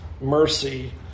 mercy